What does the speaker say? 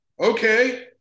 Okay